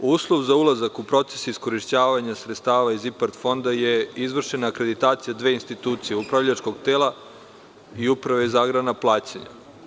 Uslov za ulazak u proces iskorišćavanja sredstava iz IPARD fonda je izvršena akreditacija dve institucije: upravljačkog tela i Uprave za agrarna plaćanja.